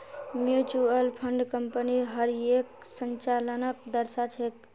mutual fund कम्पनीर हर एक संचालनक दर्शा छेक